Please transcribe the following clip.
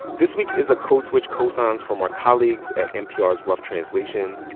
this week is a code switch co-signs from our colleagues at npr's rough translation.